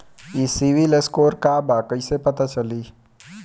ई सिविल स्कोर का बा कइसे पता चली?